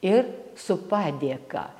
ir su padėka